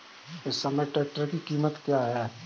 इस समय ट्रैक्टर की कीमत क्या है?